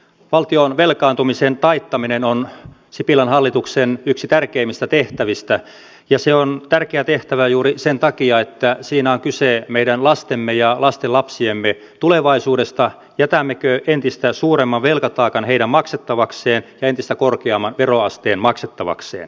valtion velkaantumisen taittaminen on sipilän hallituksen yksi tärkeimmistä tehtävistä ja se on tärkeä tehtävä juuri sen takia että siinä on kyse meidän lastemme ja lastenlapsiemme tulevaisuudesta jätämmekö entistä suuremman velkataakan heidän maksettavakseen ja entistä korkeamman veroasteen maksettavakseen